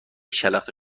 شلخته